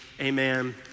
amen